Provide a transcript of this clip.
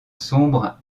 sombre